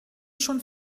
schon